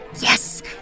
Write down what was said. Yes